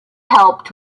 helped